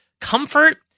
comfort